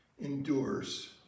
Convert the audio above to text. endures